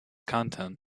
content